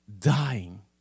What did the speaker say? dying